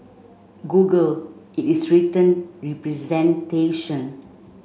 Google in its written representation